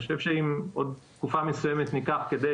אני חושב שאם עוד תקופה מסוימת ניקח כדי